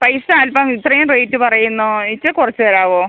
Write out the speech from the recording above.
പൈസ അൽപ്പം ഇത്രയും റേറ്റ് പറയുന്നോ ഇച്ചിരി കുറച്ച് തരാവോ